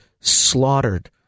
slaughtered